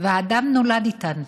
והאדם נולד איתן.